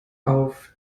auf